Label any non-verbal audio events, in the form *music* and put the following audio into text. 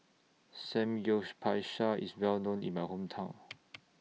*unintelligible* IS Well known in My Hometown